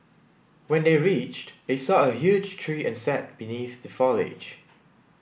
when they reached they saw a huge tree and sat beneath the foliage